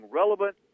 relevant